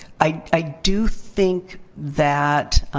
i do think that